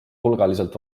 hulgaliselt